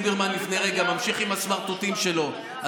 שמעתי את חבר הכנסת ליברמן לפני רגע ממשיך עם ה"סמרטוטים" שלו.